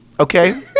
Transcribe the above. Okay